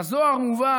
בזוהר מובא